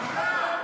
בושה.